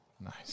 Nice